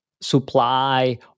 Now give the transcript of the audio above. supply